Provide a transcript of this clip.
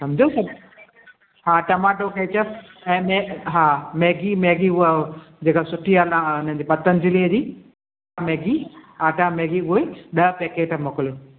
सम्झुव सभु हा tomato ketchup ऐं मै हा मैगी मैगी उहा जेका सुठी आहे ना उनजी पतंजलीअ जी मैगी आटा मैगी उहे ॾह पैकेट मोकिलियो